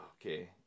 Okay